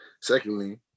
Secondly